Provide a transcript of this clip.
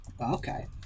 Okay